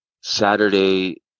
Saturday